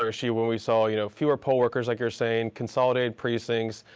issue when we saw you know fewer poll workers like you're saying, consolidated precincts,